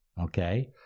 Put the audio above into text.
Okay